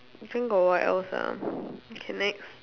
then got what else ah okay next